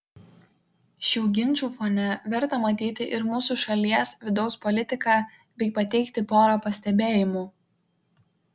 šių ginčų fone verta matyti ir mūsų šalies vidaus politiką bei pateikti porą pastebėjimų